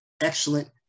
excellent